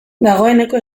dagoeneko